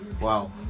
wow